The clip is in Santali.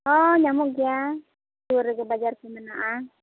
ᱦᱳᱭ ᱧᱟᱢᱚᱜ ᱜᱮᱭᱟ ᱥᱩᱨ ᱨᱮᱜᱮ ᱵᱟᱡᱟᱨᱠᱚ ᱢᱮᱱᱟᱜᱼᱟ